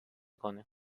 کنه